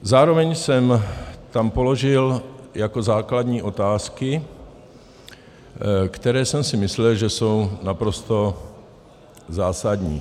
Zároveň jsem tam položil jako základní otázky, které jsem si myslel, že jsou naprosto zásadní.